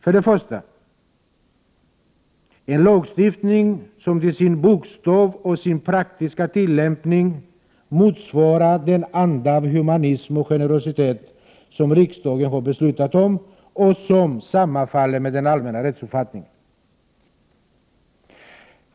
För det första krävs en lagstiftning som till sin bokstav och praktiska tillämpning motsvarar den anda av humanism och generositet som riksdagsbeslutet innebär och som sammanfaller med den allmänna rättsuppfattningen.